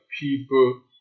people